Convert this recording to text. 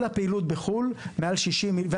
כל הפעילות בחו"ל והטיסות,